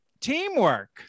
Teamwork